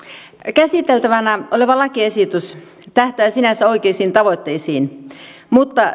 käsiteltävänä oleva lakiesitys tähtää sinänsä oikeisiin tavoitteisiin mutta